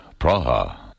Praha